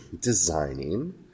designing